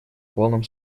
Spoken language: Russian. полном